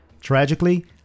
Tragically